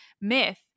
myth